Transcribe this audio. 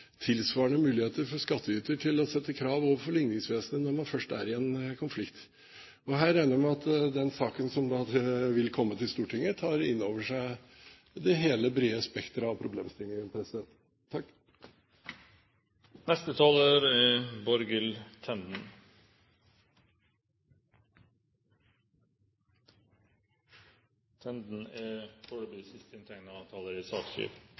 tilsvarende muligheter for skattyter til å sette krav overfor ligningsvesenet når man først er i en konflikt. Jeg regner med at den saken som vil komme til Stortinget, tar inn over seg hele det brede spekteret av